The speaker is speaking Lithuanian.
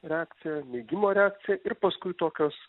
reakcija neigimo reakcija ir paskui tokios